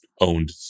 owned